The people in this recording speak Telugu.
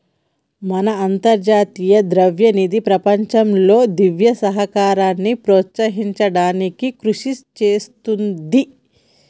మన అంతర్జాతీయ ద్రవ్యనిధి ప్రపంచంలో దివ్య సహకారాన్ని ప్రోత్సహించడానికి కృషి చేస్తుంది